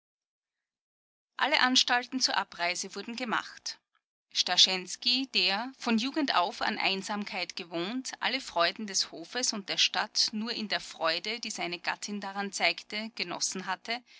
alle anstalten zur abreise wurden gemacht starschensky der von jugend auf an einsamkeit gewohnt alle freuden des hofes und der stadt nur in der freude die seine gattin daran zeigte genossen hatte